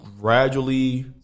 gradually